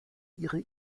ihre